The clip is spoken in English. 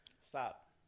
Stop